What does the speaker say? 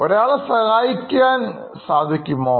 ഒരാളെ സഹായിക്കാൻ സാധിക്കുമോ